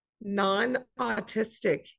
non-autistic